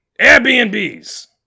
Airbnbs